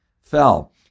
fell